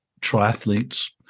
triathletes